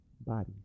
bodies